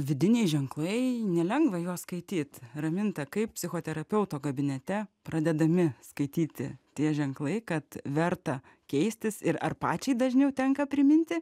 vidiniai ženklai nelengva juos skaityt raminta kaip psichoterapeuto kabinete pradedami skaityti tie ženklai kad verta keistis ir ar pačiai dažniau tenka priminti